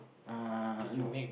uh no